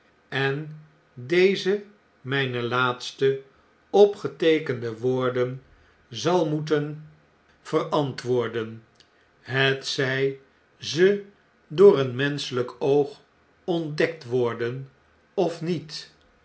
en deze mijne laatste opgeteekende woorden zal moeten verantwoorden hetzij ze door een menscheiflk oog ontdekt worden of niet